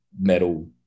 metal